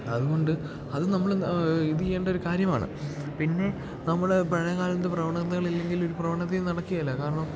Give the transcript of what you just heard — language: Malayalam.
അതുകൊണ്ട് അത് നമ്മളെന്ത് ഇത് ചെയ്യേണ്ട ഒരു കാര്യമാണ് പിന്നെ നമ്മള് പഴയ കാലത്തെ പ്രവണതകളില്ലെങ്കിലൊരു പ്രവണതയും നടക്കുകയില്ല കാരണം